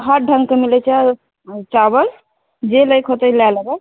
हर ढङ्गके मिलैत छै चाबल जे लैके होएतै लै लेबै